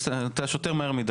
אתה שותה מהר מדיי...